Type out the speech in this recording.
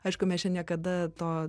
aišku mes čia niekada to